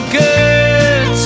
good